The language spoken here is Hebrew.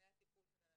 אני